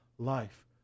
life